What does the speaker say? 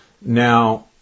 Now